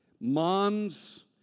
Moms